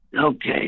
Okay